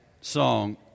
song